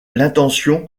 l’intention